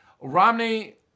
Romney